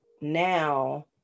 now